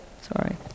sorry